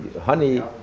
honey